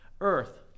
earth